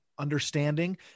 understanding